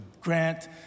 grant